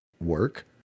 work